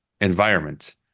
environment